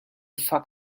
fuck